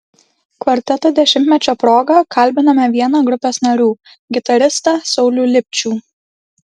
kvarteto dešimtmečio proga kalbiname vieną grupės narių gitaristą saulių lipčių